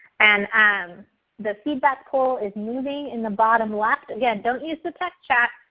and um the feedback poll is moving in the bottom left. again, don't use the text chat,